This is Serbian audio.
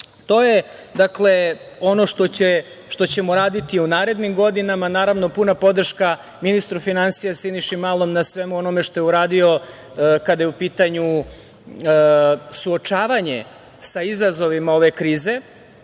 dakle, ono što ćemo raditi u narednim godinama. Naravno, puna podrška ministru finansija Siniši Malom na svemu onome što je uradio kada je u pitanju suočavanje sa izazovima ove krize,